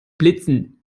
blitzen